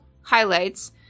highlights